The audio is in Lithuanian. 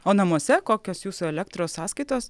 o namuose kokios jūsų elektros sąskaitos